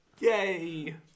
yay